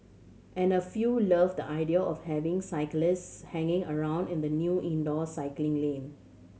and a few loved the idea of having cyclists hanging around in the new indoor cycling lane